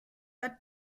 the